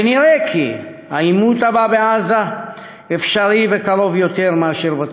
ונראה כי העימות הבא בעזה אפשרי וקרוב יותר מאשר בצפון.